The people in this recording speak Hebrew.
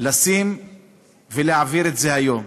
לשים ולהעביר את זה היום.